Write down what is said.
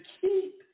keep